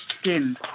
skin